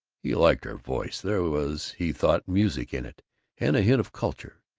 he liked her voice. there was, he thought, music in it and a hint of culture,